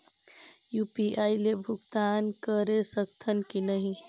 UPI ले भुगतान करे सकथन कि नहीं?